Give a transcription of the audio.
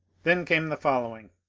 then came the following